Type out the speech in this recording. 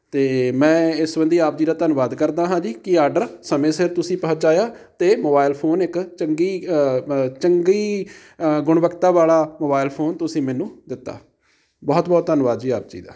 ਅਤੇ ਮੈਂ ਇਸ ਸਬੰਧੀ ਆਪ ਜੀ ਦਾ ਧੰਨਵਾਦ ਕਰਦਾ ਹਾਂ ਜੀ ਕਿ ਆਡਰ ਸਮੇਂ ਸਿਰ ਤੁਸੀਂ ਪਹੁੰਚਾਇਆ ਅਤੇ ਮੋਬਾਇਲ ਫੋਨ ਇੱਕ ਚੰਗੀ ਚੰਗੀ ਗੁਣਵਤਾ ਵਾਲਾ ਮੋਬਾਇਲ ਫੋਨ ਤੁਸੀਂ ਮੈਨੂੰ ਦਿੱਤਾ ਬਹੁਤ ਬਹੁਤ ਧੰਨਵਾਦ ਜੀ ਆਪ ਜੀ ਦਾ